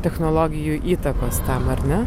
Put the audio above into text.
technologijų įtakos tam ar ne